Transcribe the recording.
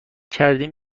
کردیم